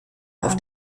auf